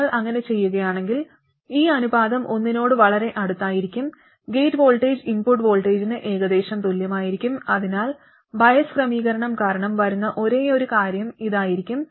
നിങ്ങൾ അങ്ങനെ ചെയ്യുകയാണെങ്കിൽ ഈ അനുപാതം ഒന്നിനോട് വളരെ അടുത്തായിരിക്കും ഗേറ്റ് വോൾട്ടേജ് ഇൻപുട്ട് വോൾട്ടേജിന് ഏകദേശം തുല്യമായിരിക്കും അതിനാൽ ബയസ് ക്രമീകരണം കാരണം വരുന്ന ഒരേയൊരു കാര്യം ഇതായിരിക്കും